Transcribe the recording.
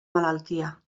malaltia